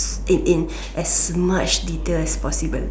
in ins as much detail as possible